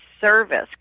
service